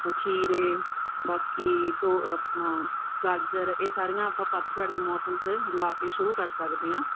ਖੀਰੇ ਬਾਕੀ ਤੋ ਆਪਣਾ ਗਾਜਰ ਇਹ ਸਾਰੀਆਂ ਆਪਾਂ ਪੱਤਝੜ ਦੇ ਮੌਸਮ 'ਚ ਹਿਲਾ ਕੇ ਸ਼ੁਰੂ ਕਰ ਸਕਦੇ ਹਾਂ